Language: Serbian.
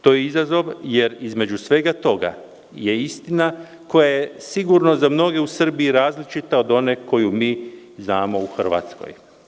To je izazov, jer između svega toga je istina koja je sigurno za mnoge u Srbiji različita od one koju mi znamo u Hrvatskoj.